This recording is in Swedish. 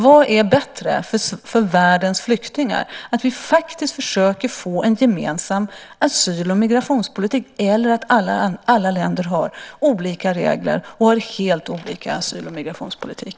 Vad är bättre för världens flyktingar, att vi faktiskt försöker få en gemensam asyl och migrationspolitik, eller att alla länder har olika regler och helt olika asyl och migrationspolitik?